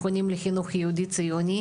מכונים לחינוך יהודי ציוני,